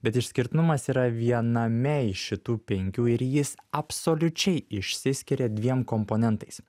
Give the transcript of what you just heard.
bet išskirtinumas yra viename iš šitų penkių ir jis absoliučiai išsiskiria dviem komponentais